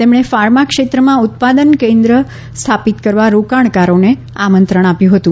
તેમણે ફાર્મા ક્ષેત્રમાં ઉત્પાદન કેન્દ્ર સ્થાપિત કરવા રોકાણકારોને આમંત્રણ આપ્યું હતું